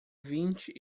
vinte